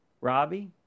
Robbie